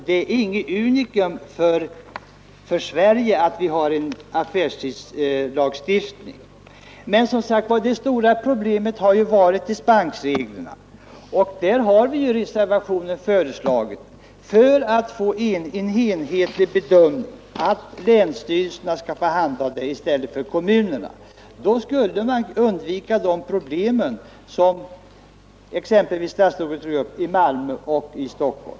Det stora problemet har som sagt varit dispensreglerna. Vi har i reservationen i syfte att få en enhetlig bedömning föreslagit att länsstyrelserna och inte kommunerna skall handha dispensgivningen. Då skulle man undvika de problem som statsrådet anförde beträffande exempelvis Malmö och Stockholm.